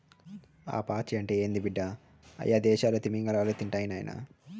ఆ పాచి అంటే ఏంది బిడ్డ, అయ్యదేసాల్లో తిమింగలాలు తింటాయి నాయనా